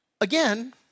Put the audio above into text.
again